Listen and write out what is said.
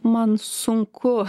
man sunku